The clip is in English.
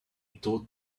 thought